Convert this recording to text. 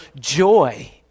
joy